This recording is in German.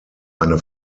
eine